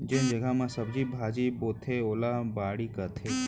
जेन जघा म सब्जी भाजी बोथें ओला बाड़ी कथें